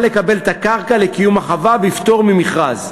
לקבל את הקרקע לקיום החווה בפטור ממכרז.